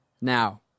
Now